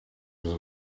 was